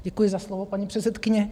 Děkuji za slovo, paní předsedkyně.